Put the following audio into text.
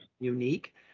unique